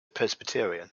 presbyterian